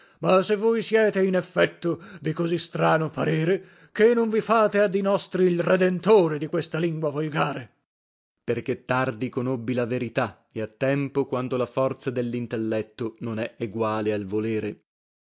ma se voi siete in effetto di così strano parere ché non vi fate a dì nostri il redentore di questa lingua volgare per perché tardi conobbi la verità e a tempo quando la forza dellintelletto non è eguale al volere